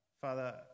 father